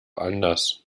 anders